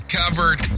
covered